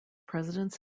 presidents